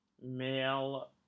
male